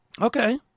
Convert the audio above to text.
Okay